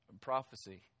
Prophecy